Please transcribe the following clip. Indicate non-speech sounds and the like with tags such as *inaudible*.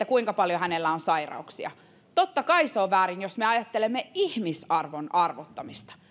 *unintelligible* kuinka paljon hänellä on sairauksia totta kai se on väärin jos me ajattelemme ihmisarvon arvottamista